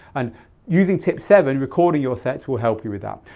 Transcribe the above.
and using tip seven, recording your sets will help you with that.